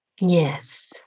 yes